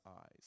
eyes